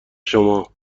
شما